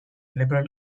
liberal